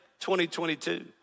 2022